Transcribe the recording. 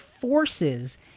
forces